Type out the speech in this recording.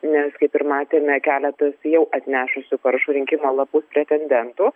nes kaip ir matėme keletas jau atnešusių parašų rinkimo lapus pretendentų